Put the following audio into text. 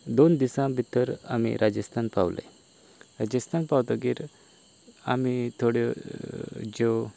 दोन दिसां भितर आमी राजस्थान पावले राजस्थान पावतगीर आमी थोड्यो ज्यो